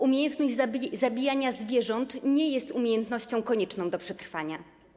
Umiejętność zabijania zwierząt nie jest umiejętnością konieczną do przetrwania.